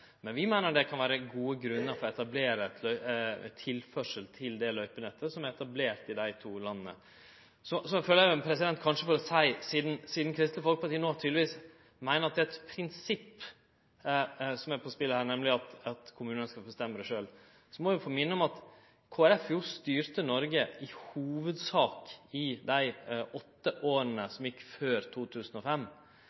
kan vere gode grunnar for å etablere tilførsel til løypenettet som er etablert i dei to landa. Sidan Kristeleg Folkeparti no tydelegvis meiner at det er eit prinsipp som står på spel her, nemleg at kommunane skal få bestemme sjølve, må eg få minne om at Kristeleg Folkeparti styrte Noreg – i hovudsak – i dei åtte åra